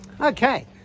Okay